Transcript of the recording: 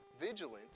vigilant